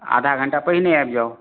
आधा घण्टा पहिले आबि जाउ